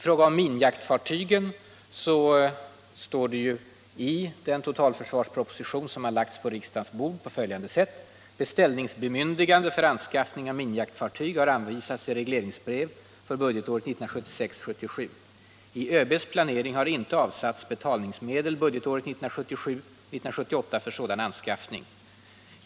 Vad minjaktfartygen angår står det i den totala försvarsproposition som lagts på riksdagens bord så här: ”Beställningsbemyndigande för anskaffning av minjaktfartyg har anvisats i regleringsbrev för budgetåret 1976 78 för sådan anskaffning.